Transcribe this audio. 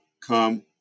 come